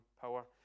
power